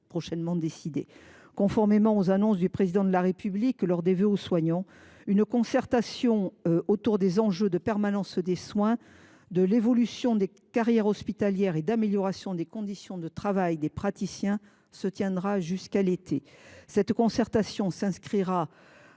prochainement décidées. Conformément aux annonces du Président de la République lors de ses vœux aux soignants, une concertation sur les enjeux de permanence des soins, de l’évolution des carrières hospitalières et d’amélioration des conditions de travail des praticiens est en cours et devrait se terminer